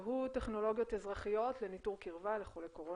והוא טכנולוגיות אזרחיות לניטור קירבה לחולי קורונה,